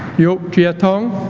yoke jia thong